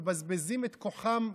מבזבזים את כוחם,